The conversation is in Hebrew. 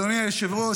אדוני היושב-ראש,